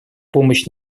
помощь